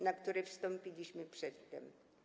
Na które wstąpiliśmy przedtem,